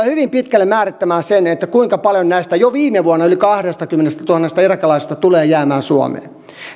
hyvin pitkälle määrittämään sen kuinka paljon näistä jo viime vuonna yli kahdestakymmenestätuhannesta irakilaisesta tulee jäämään suomeen